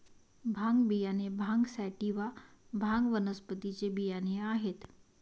भांग बियाणे भांग सॅटिवा, भांग वनस्पतीचे बियाणे आहेत